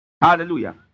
Hallelujah